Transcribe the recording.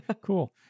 Cool